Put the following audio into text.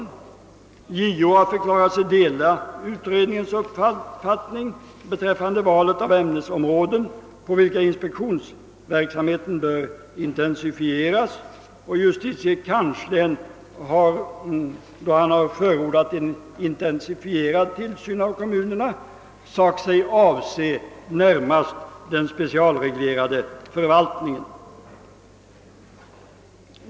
Sålunda har t.ex. JO förklarat sig dela utredningens uppfattning beträffande valet av ämnesområden på vilka inspektionsverksamheten bör =<:intensifieras, och JK har då han förordat en intesifierad tillsyn över kommunerna sagt sig avse närmast den specialreglerade förvaltningen.